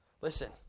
Listen